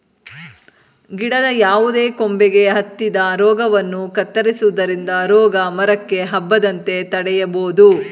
ಗಿಡದ ಯಾವುದೇ ಕೊಂಬೆಗೆ ಹತ್ತಿದ ರೋಗವನ್ನು ಕತ್ತರಿಸುವುದರಿಂದ ರೋಗ ಮರಕ್ಕೆ ಹಬ್ಬದಂತೆ ತಡೆಯಬೋದು